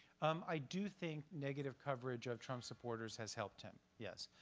i do think negative coverage of trump's supporters has helped him, yes.